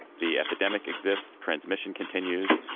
the epidemic exists. transmission continues.